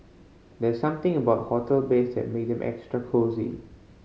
there's something about hotel beds that make them extra cosy